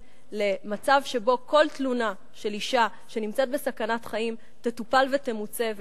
למצב שבו כל תלונה של אשה שנמצאת בסכנת חיים תטופל ותמוצה,